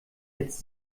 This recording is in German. jetzt